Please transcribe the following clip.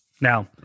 now